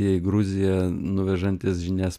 į gruziją nuvežantis žinias